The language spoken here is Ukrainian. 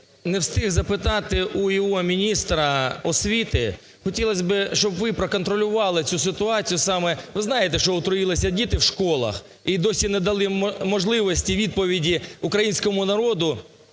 Не встиг запитати у і.о. міністра освіти, хотілося би, щоб ви проконтролювали цю ситуацію саме. Ви знаєте, що отруїлися діти в школах і досі не дали можливості відповіді українському народу,